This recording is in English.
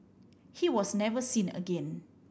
he was never seen again